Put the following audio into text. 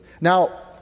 Now